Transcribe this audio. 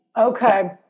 Okay